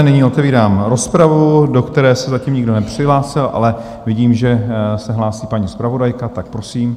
Nyní otevírám rozpravu, do které se zatím nikdo nepřihlásil, ale vidím, že se hlásí paní zpravodajka, tak prosím.